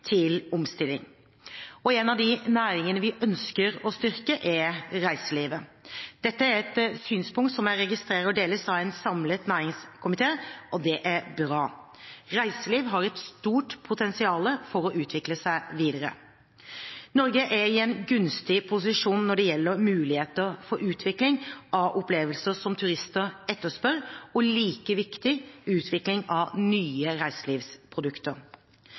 til omstilling. En av de næringene vi ønsker å styrke, er reiseliv. Dette er et synspunkt jeg registrerer deles av en samlet næringskomité, og det er bra. Reiseliv har et stort potensial for å utvikle seg videre. Norge er i en gunstig posisjon når det gjelder muligheter for utvikling av opplevelser som turister etterspør, og – like viktig – utvikling av nye reiselivsprodukter.